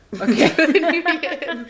Okay